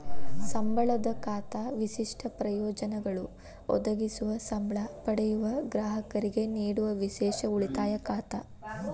ಸಂಬಳದ ಖಾತಾ ವಿಶಿಷ್ಟ ಪ್ರಯೋಜನಗಳು ಒದಗಿಸುವ ಸಂಬ್ಳಾ ಪಡೆಯುವ ಗ್ರಾಹಕರಿಗೆ ನೇಡುವ ವಿಶೇಷ ಉಳಿತಾಯ ಖಾತಾ